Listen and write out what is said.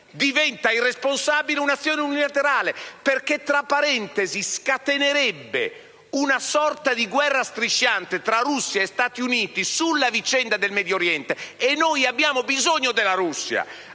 diventa irresponsabile un'azione unilaterale. Essa, tra parentesi, scatenerebbe una sorta di guerra strisciante tra Russia e Stati Uniti sulla vicenda del Medio Oriente, e noi abbiamo bisogno della Russia: